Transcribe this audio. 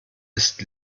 ist